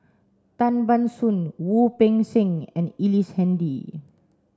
Tan Ban Soon Wu Peng Seng and Ellice Handy